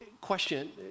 Question